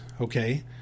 Okay